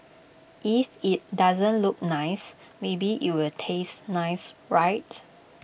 if IT doesn't look nice maybe it'll taste nice right